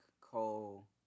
Cole